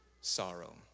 sorrow